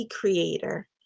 Creator